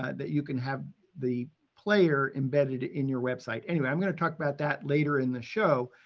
ah that you can have the player embedded in your website. anyway, i'm going to talk about that later in the show.